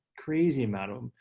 crazy amount of them.